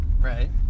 Right